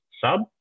sub